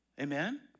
Amen